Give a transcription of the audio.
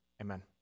Amen